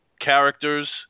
characters